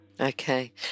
Okay